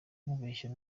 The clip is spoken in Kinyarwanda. kubeshya